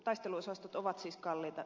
taisteluosastot ovat siis kalliita